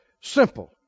Simple